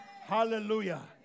Hallelujah